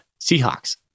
Seahawks